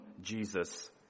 Jesus